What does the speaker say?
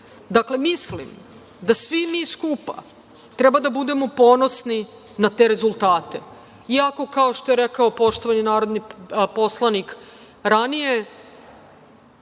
Srbije. Dakle, mislim da svi mi skupa treba da budemo ponosni na te rezultate, iako, kao što je rekao poštovani narodni poslanik ranije,